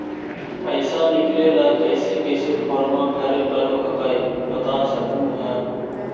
पैसा निकले ला कैसे कैसे फॉर्मा भरे परो हकाई बता सकनुह?